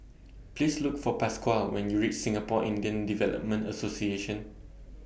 Please Look For Pasquale when YOU REACH Singapore Indian Development Association